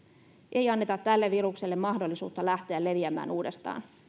ei anneta tälle virukselle mahdollisuutta lähteä leviämään uudestaan